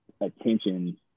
attention